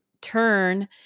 turn